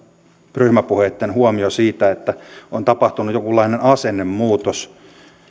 ryhmäpuheitten huomio siitä että on tapahtunut jonkunlainen asennemuutos